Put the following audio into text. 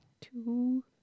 two